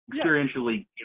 experientially